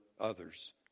others